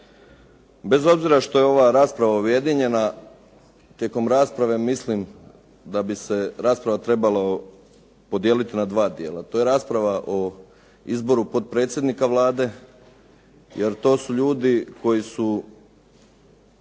Bez obzira što je ova rasprava objedinjena tijekom rasprave mislim da bi se rasprava podijeliti na dva dijela. To je rasprava o izboru potpredsjednika Vlade jer to su ljudi koji su